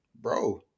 bro